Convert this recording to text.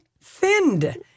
thinned